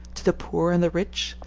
to the poor and the rich,